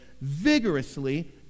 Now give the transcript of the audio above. vigorously